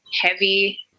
heavy